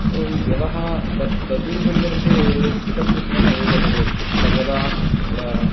किन्तु व्यावहा तत् तस्मिन् सन्दर्भे स्थितप्रज्ञः एव भवेत् सर्वदा तत्र